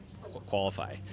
qualify